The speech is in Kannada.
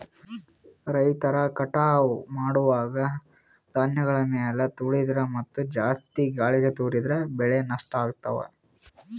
ರೈತರ್ ಕಟಾವ್ ಮಾಡುವಾಗ್ ಧಾನ್ಯಗಳ್ ಮ್ಯಾಲ್ ತುಳಿದ್ರ ಮತ್ತಾ ಜಾಸ್ತಿ ಗಾಳಿಗ್ ತೂರಿದ್ರ ಬೆಳೆ ನಷ್ಟ್ ಆಗ್ತವಾ